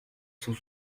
cent